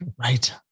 Right